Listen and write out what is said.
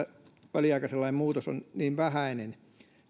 on niin vähäinen